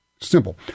Simple